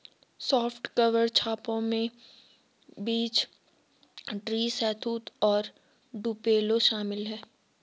soft cover छापों में beech tree, शहतूत और टुपेलो शामिल है